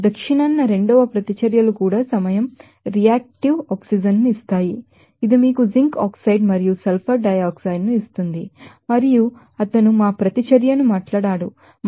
దక్షిణాన రెండవ ప్రతిచర్యలు కూడా సమయం రియాక్టివ్ ఆక్సిజన్ ను ఇస్తాయి ఇది మీకు జింక్ ఆక్సైడ్ మరియు సల్ఫర్ డై ఆక్సైడ్ ను ఇస్తుంది మరియు అతను మా ప్రతిచర్యను మాట్లాడాడు 2